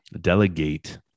delegate